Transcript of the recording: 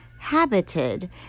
Habited